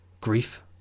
grief